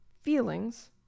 feelings